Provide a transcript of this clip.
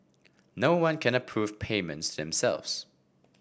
no one can approve payments to themselves